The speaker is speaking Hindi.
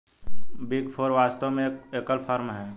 बिग फोर वास्तव में एक एकल फर्म है